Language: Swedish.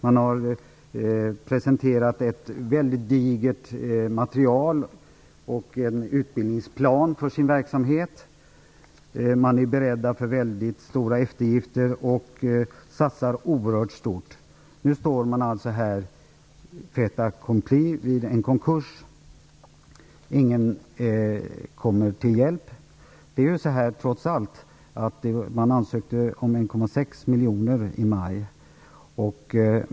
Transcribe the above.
Man har presenterat ett väldigt digert material och en utbildningsplan för verksamheten. Man är beredd på väldigt stora eftergifter och satsar oerhört stort. Nu står man alltså inför fait accompli: konkurs. Ingen kommer till hjälp. Trots allt är det så att man ansökte om att få 1,6 miljoner kronor i maj.